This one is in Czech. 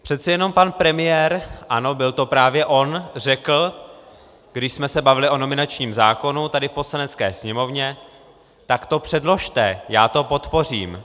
Přece jenom pan premiér, ano, byl to právě on, řekl, když jsme se bavili o nominačním zákonu tady v Poslanecké sněmovně, tak to předložte, já to podpořím.